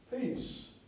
peace